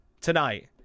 tonight